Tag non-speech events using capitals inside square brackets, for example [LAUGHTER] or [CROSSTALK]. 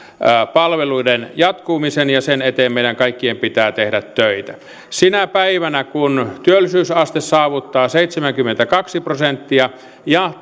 palveluiden jatkumisen ja sen eteen meidän kaikkien pitää tehdä töitä sinä päivänä kun työllisyysaste saavuttaa seitsemänkymmentäkaksi prosenttia ja [UNINTELLIGIBLE]